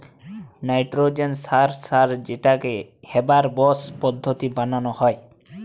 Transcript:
nitrogen সার সার যেটাকে হেবার বস পদ্ধতিতে বানানা হয়